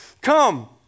Come